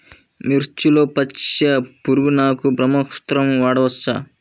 మిర్చిలో పచ్చ పురుగునకు బ్రహ్మాస్త్రం వాడవచ్చా?